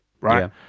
right